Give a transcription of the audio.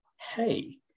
hey